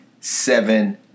seven